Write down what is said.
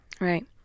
right